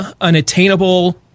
unattainable